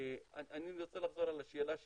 אני רוצה לחזור על השאלה שלי,